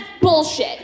bullshit